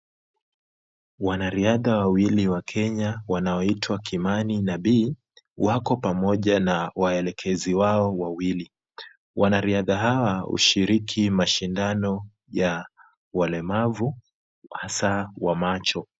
Wanariadha wawili wa Kenya wanaoitwa Kimani na Bii, wako pamoja na waelekezi wao wawili. Wanariadha hawa hushiriki mashindano ya walemavu hasaa wa macho.